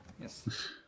Yes